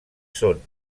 són